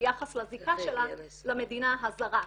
ביחס לזיקה שלה למדינה הזרה.